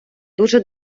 дуже